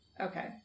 Okay